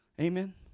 Amen